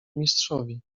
mistrzowi